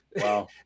Wow